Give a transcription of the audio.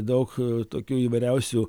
daug tokių įvairiausių